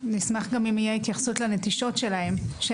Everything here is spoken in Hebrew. אני אשמח גם תהיה התייחסות לנטישות שלהם.